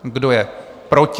Kdo je proti?